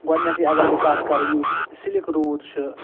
گۄڈٕنٮ۪تھٕے اگر بہٕ کتھ کرٕ یُس سِلِک روٗٹ چھِ